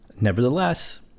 Nevertheless